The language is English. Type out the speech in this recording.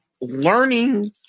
learning